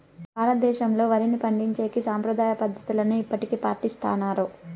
భారతదేశంలో, వరిని పండించేకి సాంప్రదాయ పద్ధతులనే ఇప్పటికీ పాటిస్తన్నారు